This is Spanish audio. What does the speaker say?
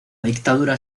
dictadura